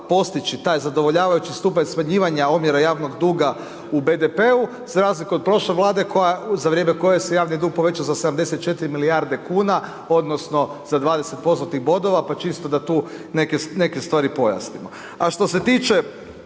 postići taj zadovoljavajući stupanj smanjivanja omjera javnog duga u BDP-u za razliku od prošle vlade koja, za vrijeme koje se javni dug povećao za 74 milijarde kuna odnosno za 20 postotnih bodova pa čisto da tu neke stvari pojasnimo. A što se tiče,